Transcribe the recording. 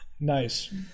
Nice